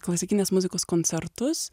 klasikinės muzikos koncertus